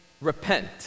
repent